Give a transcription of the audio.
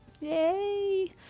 Yay